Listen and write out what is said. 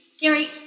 Gary